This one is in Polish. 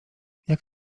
jak